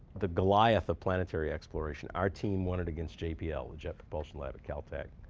the goliath of planetary exploration. our team wanted against jpl, jet propulsion lab at cal tech,